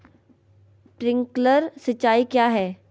Sprinkler सिंचाई क्या है?